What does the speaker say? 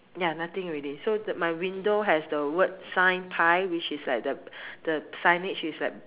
ya nothing already so th~ my window has the word sign pie which is like the the signage is like